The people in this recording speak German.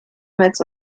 mails